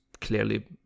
clearly